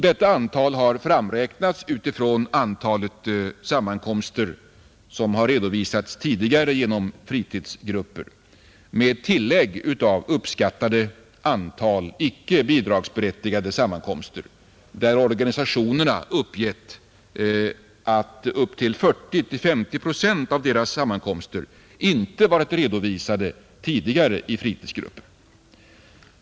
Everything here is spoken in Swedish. Detta antal har framräknats med ledning av antalet sammankomster som tidigare redovisats genom fritidsgrupper, med tillägg av uppskattat antal tidigare icke-bidragsberättigade sammankomster, Organisationerna har uppgivit att upp till 40 å 50 procent av deras sammankomster tidigare inte varit redovisade i fritidsgrupper.